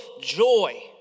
joy